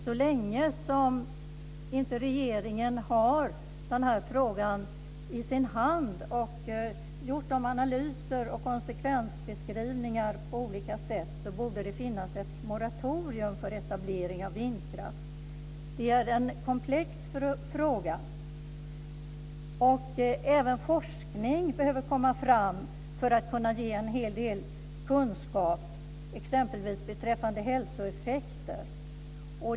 Så länge som regeringen inte har den här frågan i sin hand och inte gjort analyser och konsekvensbeskrivningar på olika sätt tycker jag att det borde finnas ett moratorium för etablering av vindkraftverk. Det är en komplex fråga. Även forskning behöver komma fram för att kunna ge en hel del kunskap, exempelvis beträffande hälsoeffekter.